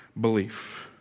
belief